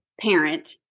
parent